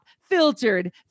filtered